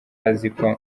aziko